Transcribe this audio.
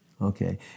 Okay